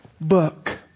book